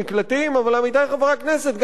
גם אלה שיהיו בתוך המקלטים ייפגעו.